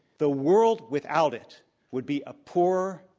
the world without it would be a poorer,